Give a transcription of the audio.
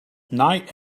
night